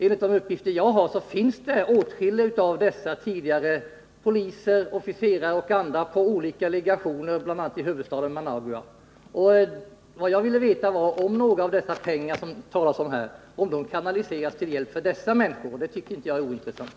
Enligt de uppgifter jag har finns åtskilliga av dessa tidigare poliser, officerare och andra på olika legationer, bl.a. i huvudstaden Managua. Vad jag ville veta var om några av de pengar som det här talas om kanaliseras till hjälp åt dessa människor — och det tycker inte jag är ointressant.